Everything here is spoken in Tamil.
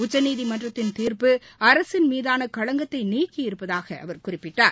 உச்சநீதிமன்றத்தின் தீர்ப்பு அரசின் மீதான களங்கத்தை நீக்கியிருப்பதாக அவர் குறிப்பிட்டார்